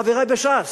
חברי בש"ס,